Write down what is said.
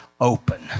open